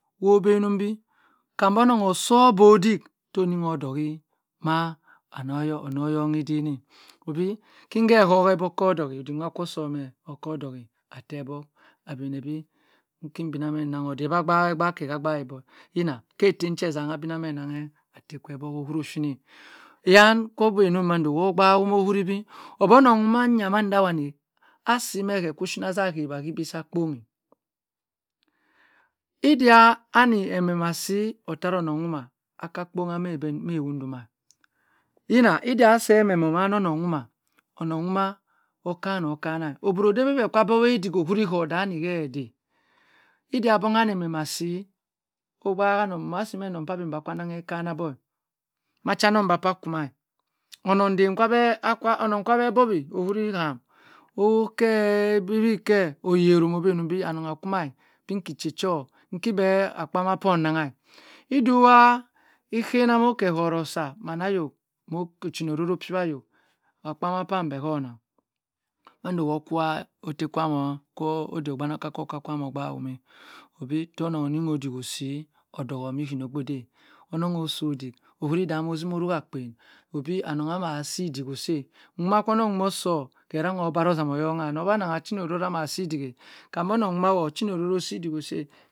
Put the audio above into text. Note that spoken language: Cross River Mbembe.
Woh benumbi kam bu onong osoh boddik tey oni ho oddohy mah onoh gongh edeneh obr kindeh hohe bi okeh doeh oddik mah kor soh meh okordoeh athurbg abenebi inki binagho odey ka gbahegba keh ha ogbui but yina keh tem then keh esangha biname anaghe atteh kwe obbok ohuru shini, hyan kobobe nammando okhuro bi, obi onong mangha mandawani asi meh keh ko oshini aza hawa heh kibeh sah kponghe iddia anni emmem asi ottaronong dumah aka kpongha meh mawudumah yina iddah seh emmem omana onong khama onongh khama okanoh okana obrodey bi beh kah boweh oddik okhuri hu ani hey edey iddia gbong ani emmem asi oghanong asi anong sabeh ahmembua ghanghe ekana woh eh macha onong bah ku mah onong dham kabe akwa, onong abeh gbowi ohuri ham owokeh bihi keh oyeram ogbanumbi anong akuma nki ittehchur nke beh akpama kwo nnangha idduah ekhena moh ki eyouht sah mana yho moh chinororo okpierh yho akpermerh kwam ogbahumeh oh odey ogbanokah koh okarkwam ogbahumen obi heh onong oni moh oddik osy oddokho midduogbodeh onong oh soh oddik okhuri ddhah amoh zuah rouagh akpien obi anong amah si iddik oseh mmah kwo onong osoh keh rang oh bhanɔzam oyongha onong amah chinaah ororo amah si iddik eh kham bo onong dumah woh nchinororo nsi iddik o seh